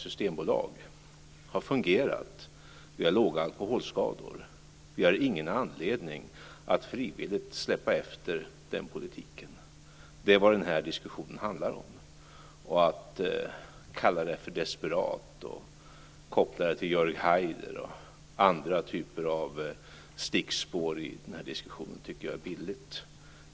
Det har fungerat. Vi har låga alkoholskador. Vi har ingen anledning att frivilligt släppa efter på den politiken. Det är vad den här diskussionen handlar om. Att kalla den för desperat och koppla den till Jörg Haider och andra stickspår är billigt.